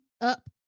up